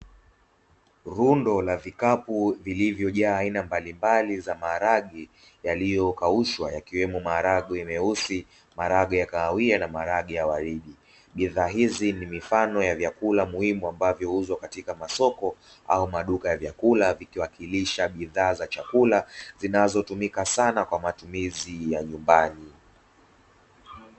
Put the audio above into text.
Lundo la vikapu vilivyojaa aina mbalimbali za maharage yaliyokaushwa yakiwemo maharage meusi, maharage ya kahawia na maharage ya waridi. Bidhaa hizi ni mifano ya vyakula muhimu ambazo huuzwa katika masoko au maduka ya vyakula, vikiwakilisha bidhaa za chakula zinazotumika sana kwa matumizi ya nyumbani.